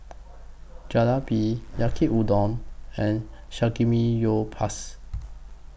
Jalebi Yaki Udon and Samgyeopsal